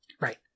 Right